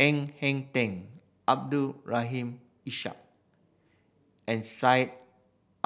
Ng Heng Teng Abdul Rahim Ishak and Syed